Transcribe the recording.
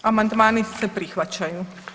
Amandmani se prihvaćaju.